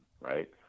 right